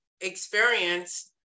experience